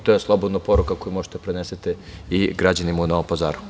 To je slobodno poruka koju možete da prenesete i građanima u Novom Pazaru.